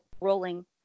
rolling